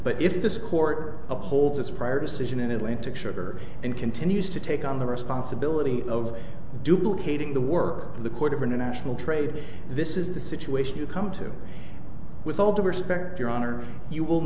but if this court upholds its prior decision in atlantic sugar and continues to take on the responsibility of duplicating the work of the court of international trade this is the situation you come to with all due respect your honor you will